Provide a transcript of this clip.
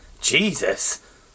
Jesus